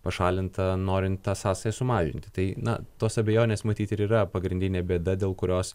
pašalinta norint tą sąsają sumažinti tai na tos abejonės matyt ir yra pagrindinė bėda dėl kurios